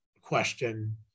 question